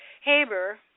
Haber